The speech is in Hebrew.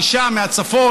את אותה אישה מהצפון,